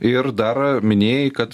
ir dar minėjai kad